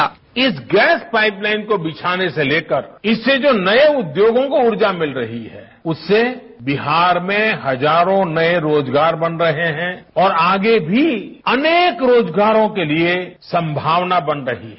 sound bite इस gas pipeline को बिछाने से लेकर इससे जो नए उद्योगों को ऊर्जा मिल रही है उससे बिहार में हजारों नए रोजगार बन रहे हैं और आगे भी अनेक रोजगारों के लिए संमावना बन रही है